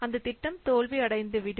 அந்த திட்டம் தோல்வி அடைந்து விடும்